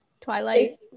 Twilight